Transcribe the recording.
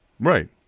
Right